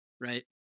right